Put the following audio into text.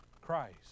Christ